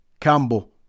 Campbell